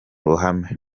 ruhame